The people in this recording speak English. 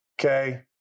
okay